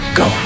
go